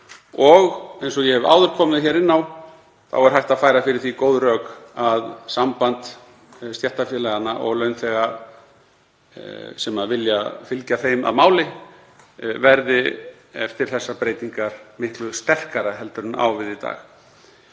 og eins og ég hef áður komið inn á er hægt að færa fyrir því góð rök að samband stéttarfélaganna og launþega sem vilja fylgja þeim að máli verði eftir þessar breytingar miklu sterkara en á við í dag.